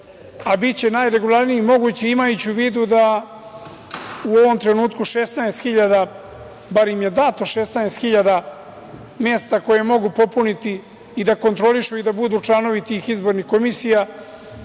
a biće najregularniji mogući imajući u vidu da u ovom trenutku 16 hiljada, bar im je dato 16 hiljada mesta koje mogu popuniti i da kontrolišu i da budu članovi tih izbornih komisija,